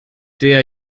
der